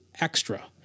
extra